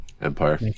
empire